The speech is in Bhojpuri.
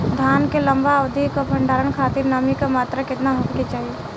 धान के लंबा अवधि क भंडारण खातिर नमी क मात्रा केतना होके के चाही?